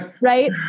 Right